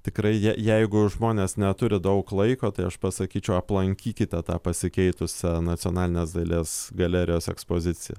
tikrai je jeigu žmonės neturi daug laiko tai aš pasakyčiau aplankykite tą pasikeitusią nacionalinės dailės galerijos ekspoziciją